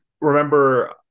Remember